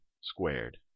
squared